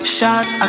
Shots